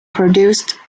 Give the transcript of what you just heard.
produced